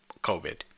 COVID